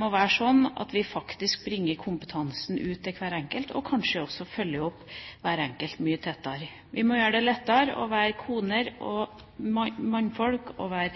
må være slik at vi faktisk bringer kompetansen ut til hver enkelt og kanskje også følger opp hver enkelt mye tettere. Vi må gjøre det lettere å være koner og ektemenn, å være